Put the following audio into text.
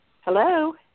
Hello